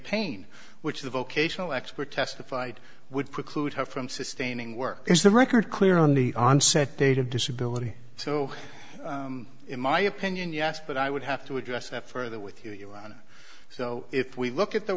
pain which the vocational expert testified would preclude her from sustaining work is the record clear on the onset date of disability so in my opinion yes but i would have to address that further with you so if we look at the